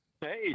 Hey